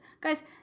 guys